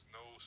no